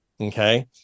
okay